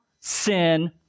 sin